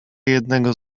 jednego